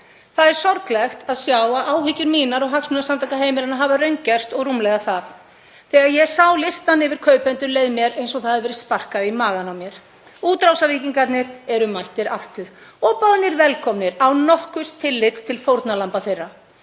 Það er sorglegt að sjá að áhyggjur mínar og Hagsmunasamtaka heimilanna hafa raungerst og rúmlega það. Þegar ég sá listann yfir kaupendur leið mér eins og það hefði verið sparkað í magann á mér. Útrásarvíkingarnir eru mættir aftur og boðnir velkomnir án nokkurs tillits til fórnarlamba þeirra.